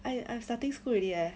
I I'm starting school already leh